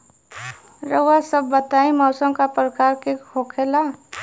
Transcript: रउआ सभ बताई मौसम क प्रकार के होखेला?